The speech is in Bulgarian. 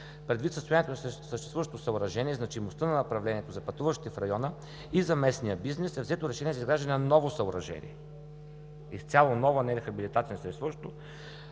Предвид състоянието на съществуващото съоръжение и значимостта на направлението за пътуващите в района и за местния бизнес е взето решение за изграждане на ново съоръжение, изцяло ново съоръжение, успоредно на съществуващото.